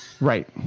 Right